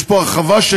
יש פה הרחבה של